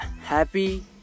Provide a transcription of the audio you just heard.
happy